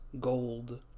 gold